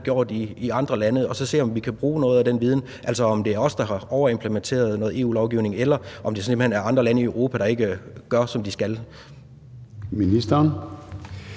gjort i andre lande, og så se, om vi kan bruge noget af den viden? Er det os, der har overimplementeret noget EU-lovgivning, eller er det simpelt hen andre lande i Europa, der ikke gør, som de skal?